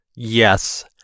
yes